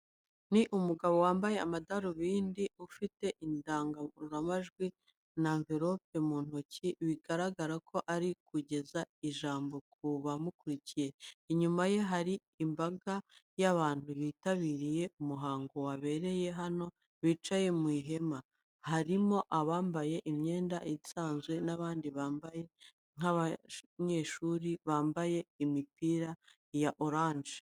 Ni umugabo wambaye amadarubindi ufite indangururamajwi n'amverope mu ntoki, bigaragara ko ari kugeza ijambo ku bamukurikiye. Inyuma ye hari imbaga y'abantu bitabiriye umuhango wabereye hano, bicaye mu ihema. Harimo abambaye imyenda isanzwe n'abandi bameze nk'abanyeshuri bambaye imipira ya oranje.